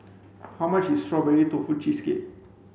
how much is strawberry tofu cheesecake